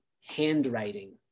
handwriting